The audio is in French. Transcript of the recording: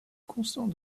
constant